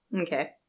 Okay